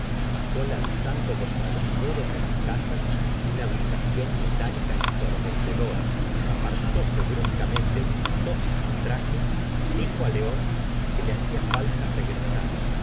pasó lanzando contra los muros de las casas una vibración metálica ensordecedora apartóse bruscamente quitó e su traj e dijo á león que le hacia falta regresar